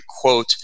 quote